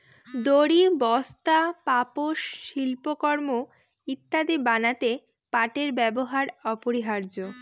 দড়ি, বস্তা, পাপোষ, শিল্পকর্ম ইত্যাদি বানাতে পাটের ব্যবহার অপরিহার্য